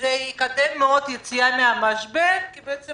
זה יקדם מאוד יציאה מן המשבר כי בעצם